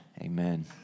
Amen